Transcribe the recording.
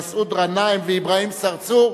מסעוד גנאים ואברהים צרצור,